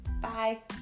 Bye